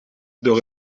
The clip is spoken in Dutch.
door